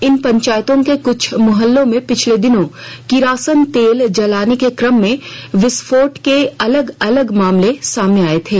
इन पंचायतों के कुछ मोहल्लों में पिछले दिनों किरासन तेल जलाने के क्रम में विस्फोट के अलग अलग मामले आये थे